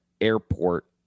airport